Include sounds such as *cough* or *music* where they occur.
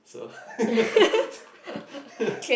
so *laughs* stupid *laughs*